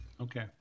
Okay